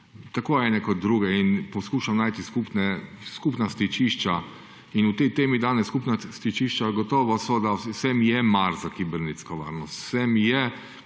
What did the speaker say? tako ene kot druge in poskušam najti skupna stičišča. In v tej temi danes skupna stičišča gotovo so, da vsem je mar za kibernetsko varnost. Vsem je,